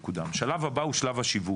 השלב הבא הוא שלב השיווק,